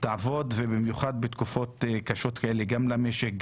תעבוד ובמיוחד בתקופות קשות כאלה גם למשק,